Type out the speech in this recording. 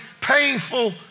painful